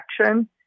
action